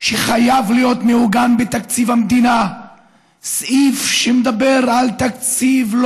שחייב להיות מעוגן בתקציב המדינה סעיף שמדבר על תקציב של